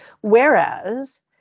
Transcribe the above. Whereas